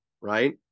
right